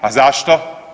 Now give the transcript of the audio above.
A zašto?